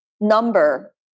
number